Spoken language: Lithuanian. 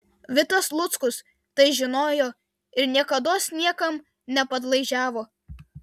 vitas luckus tai žinojo ir niekados niekam nepadlaižiavo